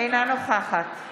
אינה נוכחת